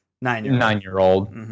nine-year-old